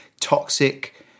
toxic